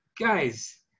Guys